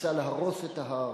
ניסה להרוס את ההר,